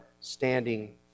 standing